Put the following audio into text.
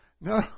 no